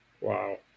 Wow